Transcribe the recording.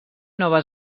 nova